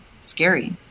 scary